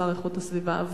השר לאיכות הסביבה.